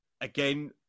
again